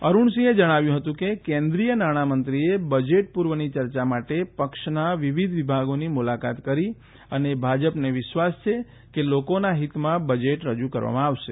અરૂણસિંહે જણાવ્યું હતું કે કેન્દ્રીય નાણામંત્રીએ બજેટ પૂર્વની ચર્ચા માટે પક્ષના વિવિધ વિભાગોની મુલાકાત કરી અને ભાજપને વિશ્વાસ છે કે લોકોના હિતમાં બજેટ રજૂ કરવામાં આવશે